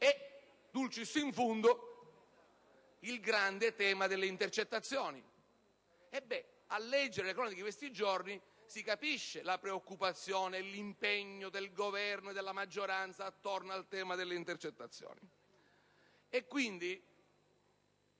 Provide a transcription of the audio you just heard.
e, *dulcis in fundo,* il grande tema delle intercettazioni: a leggere le cronache di questi giorni, si capisce la preoccupazione e l'impegno del Governo e della maggioranza attorno al tema delle intercettazioni!